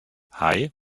hei